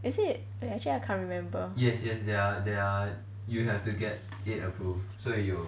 is it actually I can't remember